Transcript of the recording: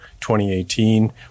2018